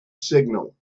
signal